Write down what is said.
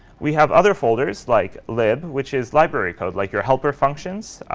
we have other folders, like lib, which is library code, like your helper functions,